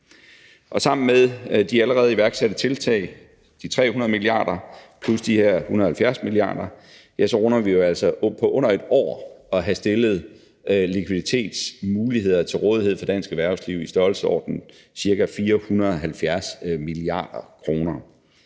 Og sammen med de allerede iværksatte tiltag – de 300 mia. kr. plus de her 170 mia. kr. – så runder vi jo altså på under et år at have stillet likviditetsmuligheder til rådighed for dansk erhvervsliv i størrelsesorden ca. 470 mia. kr.